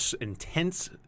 intense